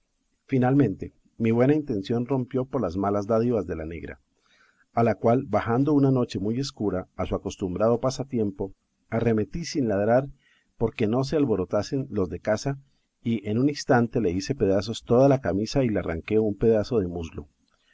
finalmente mi buena intención rompió por las malas dádivas de la negra a la cual bajando una noche muy escura a su acostumbrado pasatiempo arremetí sin ladrar porque no se alborotasen los de casa y en un instante le hice pedazos toda la camisa y le arranqué un pedazo de muslo